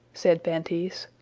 said feintise,